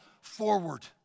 forward